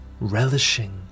relishing